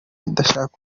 idashaka